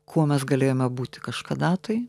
kuo mes galėjome būti kažkada tai